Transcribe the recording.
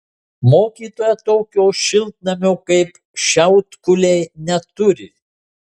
mokytoja tokio šiltnamio kaip šiaudkuliai neturi